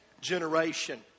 generation